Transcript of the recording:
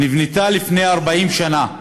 היא נבנתה לפני 40 שנה.